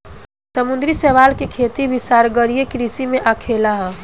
समुंद्री शैवाल के खेती भी सागरीय कृषि में आखेला